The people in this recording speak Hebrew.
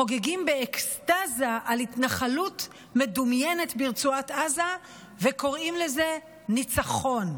חוגגים באקסטזה על התנחלות מדומיינת ברצועת עזה וקוראים לזה ניצחון,